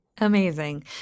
Amazing